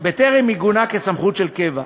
בטרם עיגונה כסמכות של קבע.